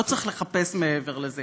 לא צריך לחפש מעבר לזה.